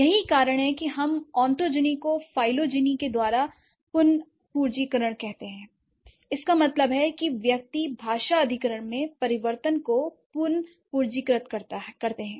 यही कारण है कि हम ऑटोजिनी को फाइलों जिनी के द्वारा पुनर्पूंजीकरण कहते हैं इसका मतलब है कि व्यक्ति भाषा अधिग्रहण में परिवर्तन को पुनर्पूंजीकृत करते हैं